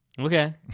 Okay